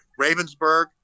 Ravensburg